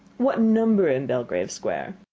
what number in belgrave square?